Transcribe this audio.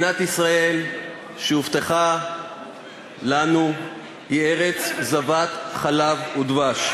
ארץ-ישראל שהובטחה לנו היא ארץ זבת חלב ודבש.